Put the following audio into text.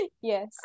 yes